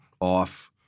off